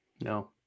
No